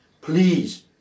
please